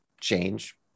change